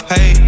Hey